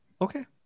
Okay